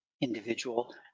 individual